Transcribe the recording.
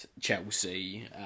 Chelsea